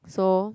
so